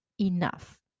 Enough